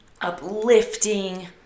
uplifting